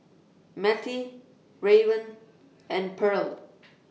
Mattie Raven and Pearl